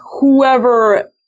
whoever